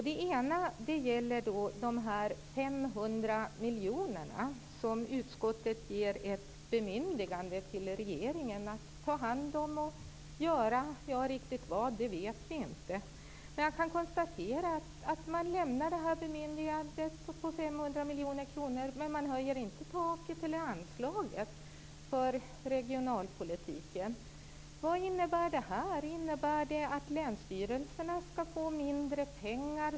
Den ena gäller de 500 miljoner som utskottet ger ett bemyndigande till regeringen att ta hand om. Riktigt vad regeringen skall göra med pengarna vet vi inte. Jag kan konstatera att utskottet lämnar det här bemyndigandet om de 500 miljonerna, men man höjer inte taket eller anslagen för regionalpolitiken. Vad innebär det här? Innebär det att länsstyrelserna skall få mindre pengar?